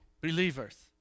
believers